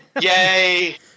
Yay